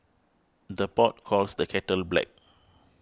the pot calls the kettle black